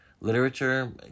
literature